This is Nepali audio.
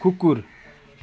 कुकुर